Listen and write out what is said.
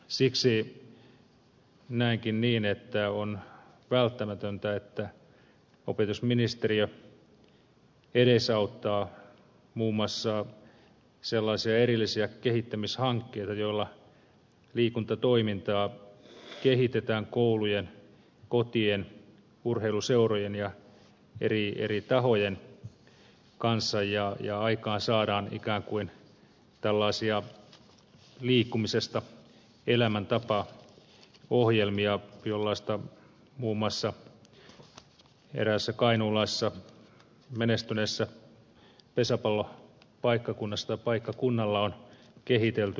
siksi näenkin niin että on välttämätöntä että opetusministeriö edesauttaa muun muassa sellaisia erillisiä kehittämishankkeita joilla liikuntatoimintaa kehitetään koulujen kotien urheiluseurojen ja eri tahojen kanssa ja aikaansaadaan ikään kuin tällaisia liikkumisesta elämäntapa ohjelmia jollaista muun muassa eräällä menestyneellä kainuulaisella pesäpallopaikkakunnalla on kehitelty